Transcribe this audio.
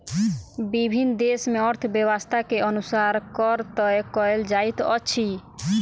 विभिन्न देस मे अर्थव्यवस्था के अनुसार कर तय कयल जाइत अछि